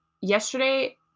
yesterday